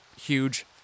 huge